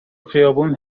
خیابون